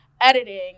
editing